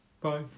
Bye